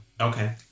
Okay